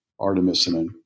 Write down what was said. artemisinin